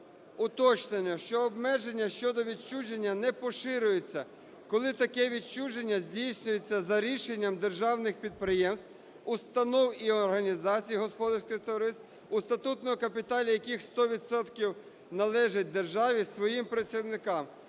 уточнення, що обмеження щодо відчуження не поширюється, коли таке відчуження здійснюється за рішенням державних підприємств, установ і організацій господарських товариств, у статутному капіталі яких 100 відсотків належить державі, своїм працівникам.